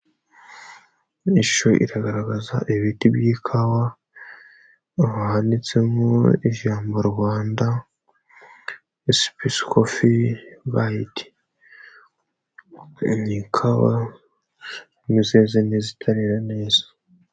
Iyi shusho iragaragaza ibiti by'ikawa. Handitsemo ijambo "Rwanda ESPRESSOCOFFEEGUIDE". Ni ikawa harimo izeze n'izitarera neza.